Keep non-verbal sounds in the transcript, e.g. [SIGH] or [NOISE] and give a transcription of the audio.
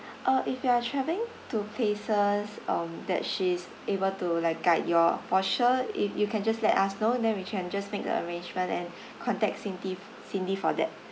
uh if you are travelling to places um that she's able to like guide you all for sure if you can just let us know then we can just make the arrangement and [BREATH] contact cindy cindy for that